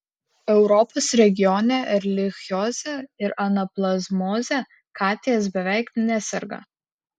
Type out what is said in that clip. europos regione erlichioze ir anaplazmoze katės beveik neserga